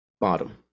bottom